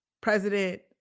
President